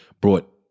brought